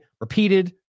repeated